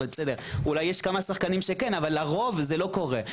אולי יש כמה שחקנים שכן אבל לרוב זה לא קורה.